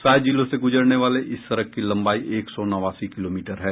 सात जिलों से गुजरने वाले इस सड़क की लंबाई एक सौ नवासी किलोमीटर है